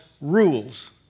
rules